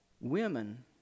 women